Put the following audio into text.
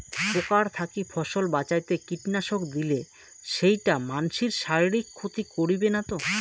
পোকার থাকি ফসল বাঁচাইতে কীটনাশক দিলে সেইটা মানসির শারীরিক ক্ষতি করিবে না তো?